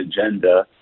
agenda